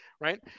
Right